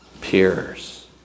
peers